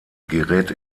gerät